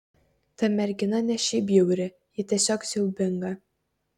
ta mergina ne šiaip bjauri ji tiesiog siaubinga